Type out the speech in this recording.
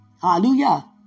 Hallelujah